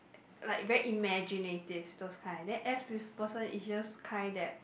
like very imaginative those kind then S person is just kind that